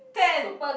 Tans